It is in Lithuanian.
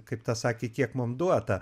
kaip ta sakė kiek mum duota